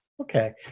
Okay